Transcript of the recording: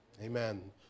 Amen